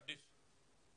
עדיף.